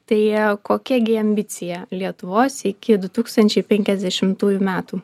tai kokia gi ambicija lietuvos iki du tūkstančiai penkiasdešimtųjų metų